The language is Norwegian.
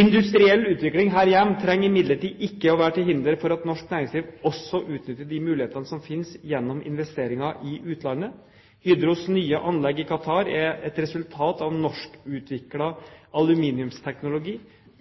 Industriell utvikling her hjemme trenger imidlertid ikke å være til hinder for at norsk næringsliv også utnytter de mulighetene som finnes gjennom investeringer i utlandet. Hydros nye anlegg i Qatar er et resultat av norskutviklet aluminiumsteknologi,